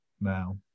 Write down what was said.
now